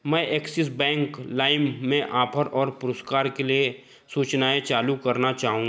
मैं Axis Bank लाइम में ऑफ़र और पुरस्कार के लिए सूचनाएँ चालू करना चाहूँगा